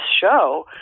show